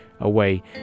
away